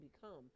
become